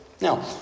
Now